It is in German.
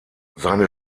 seine